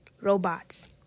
Robots